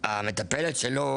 המטפלת שלו